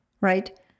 right